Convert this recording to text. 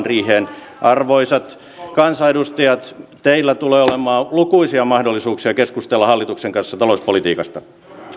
riiheen arvoisat kansanedustajat teillä tulee olemaan lukuisia mahdollisuuksia keskustella hallituksen kanssa talouspolitiikasta